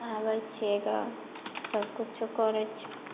आबै छियै गाँव सब किछो करय छियै